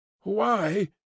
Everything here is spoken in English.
Why